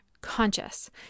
conscious